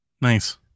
Nice